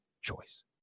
choice